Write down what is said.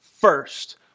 First